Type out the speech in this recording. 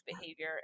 behavior